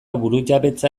burujabetza